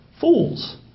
Fools